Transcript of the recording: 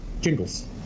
Jingles